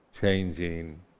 changing